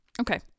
Okay